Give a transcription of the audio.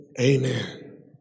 amen